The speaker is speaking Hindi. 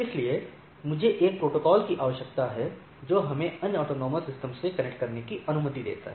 इसलिए मुझे एक प्रोटोकॉल की आवश्यकता है जो हमें अन्य ऑटॉनमस सिस्टमों से कनेक्ट करने की अनुमति देता है